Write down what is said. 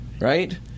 right